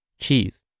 cheese